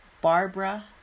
barbara